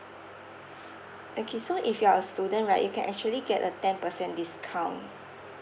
okay so if you are a student right you can actually get a ten percent discount